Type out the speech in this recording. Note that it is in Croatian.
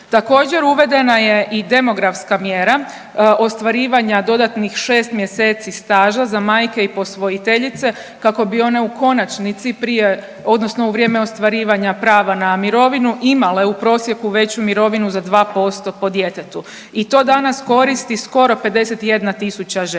Također uvedena je i demografska mjera ostvarivanja dodatnih 6 mjeseci staža za majke i posvojiteljice kako bi one u konačnici prije odnosno u vrijeme ostvarivanja prava na mirovinu imale u prosjeku veću mirovinu za 2% po djetetu. I to danas koristi skoro 51.000 žena.